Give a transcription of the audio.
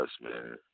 man